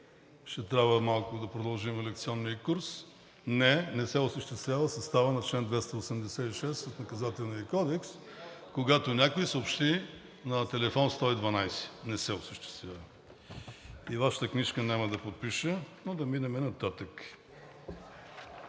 Ще трябва малко да продължим лекционния курс – не, не се осъществява в състава на чл. 286 от Наказателния кодекс, когато някой съобщи на телефон 112. Не се осъществява! И Вашата книжка няма да подпиша, но да минем нататък.